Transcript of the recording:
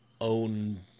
own